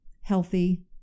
healthy